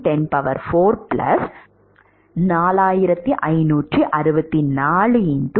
6 A 4564 ஐ S2 23